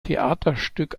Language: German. theaterstück